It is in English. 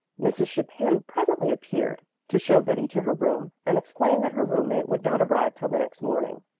mrs. chapin presently appeared, to show betty to her room and explain that her roommate would not arrive till the next morning.